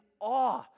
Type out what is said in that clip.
awe